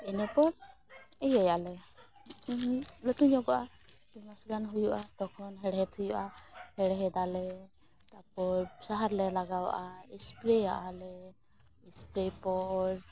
ᱤᱱᱟᱹ ᱠᱚ ᱤᱭᱟᱹᱭᱟᱞᱮ ᱞᱟᱹᱴᱩ ᱧᱚᱜᱚᱜᱼᱟ ᱢᱤᱫ ᱢᱟᱥ ᱜᱟᱱ ᱦᱩᱭᱩᱜᱼᱟ ᱛᱚᱠᱷᱚᱱ ᱦᱮᱲᱦᱮᱫ ᱦᱩᱭᱩᱜᱼᱟ ᱦᱮᱲᱦᱮᱫᱟᱞᱮ ᱛᱟᱯᱚᱨ ᱥᱟᱦᱟᱨ ᱞᱮ ᱞᱟᱜᱟᱣᱟᱜᱼᱟ ᱮᱥᱯᱨᱮᱭᱟᱜᱼᱟ ᱞᱮ ᱮᱥᱯᱨᱮᱹ ᱯᱚᱨ